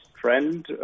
trend